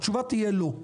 התשובה תהיה לא.